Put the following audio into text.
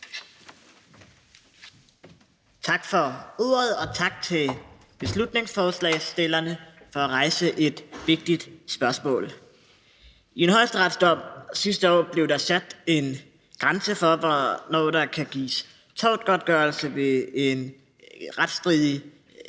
Tak for ordet. Og tak til beslutningsforslagsstillerne for at rejse et vigtigt spørgsmål. I en højesteretsdom sidste år blev der sat en grænse for, hvornår der kan gives tortgodtgørelse i forbindelse med en retsstridig